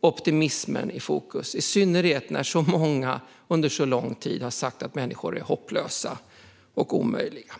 och optimismen i fokus, i synnerhet när så många under så lång tid har sagt att människor är hopplösa och omöjliga.